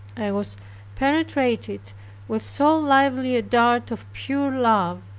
i was penetrated with so lively a dart of pure love,